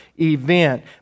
event